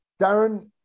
Darren